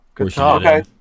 Okay